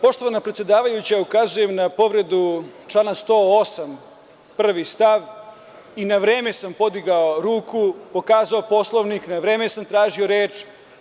Poštovana predsedavajuća, ukazujem na povredu člana 108. stav 1. Na vreme sam podigao ruku, pokazao Poslovnik, na vreme sam tražio reč.